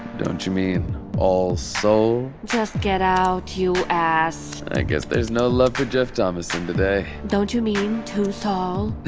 don't you mean all sol? just get out, you ass i guess there's no love for geoff thomassen today. don't you mean to-sol?